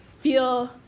feel